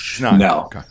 no